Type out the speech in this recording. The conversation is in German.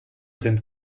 sind